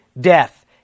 death